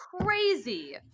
crazy